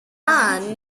man